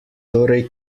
torej